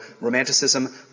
Romanticism